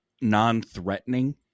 non-threatening